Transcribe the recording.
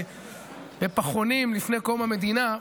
בפחונים לפני קום המדינה,